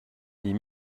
des